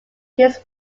his